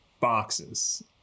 boxes